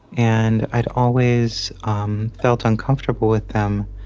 and i'd always um felt uncomfortable with them